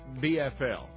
BFL